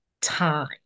time